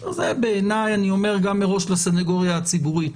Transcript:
אני אומר גם מראש לסנגוריה הציבורית,